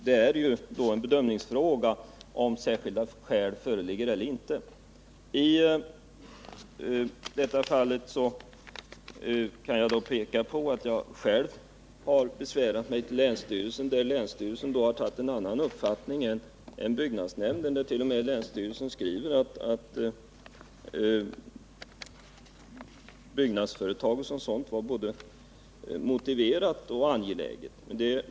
Huruvida särskilda skäl föreligger eller inte är en bedömningsfråga. I detta fall kan jag peka på att jag själv har besvärat mig till länsstyrelsen och att länsstyrelsen då haft en annan uppfattning än byggnadsnämnden. Länsstyrelsen skriver t.o.m. att byggnadsföretaget som sådant var både motiverat och angeläget.